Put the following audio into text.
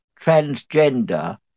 transgender